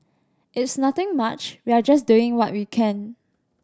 it's nothing much we are just doing what we can